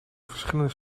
verschillende